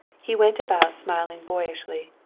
he went about smiling boyishly,